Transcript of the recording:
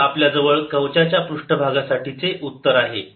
तर आपल्या जवळ कवचाच्या पृष्ठभागा साठी उत्तर आहे